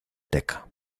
teca